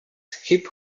hip